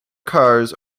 cars